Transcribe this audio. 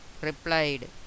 replied